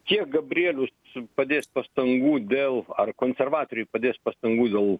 kiek gabrielius padės pastangų dėl ar konservatoriai padės pastangų dėl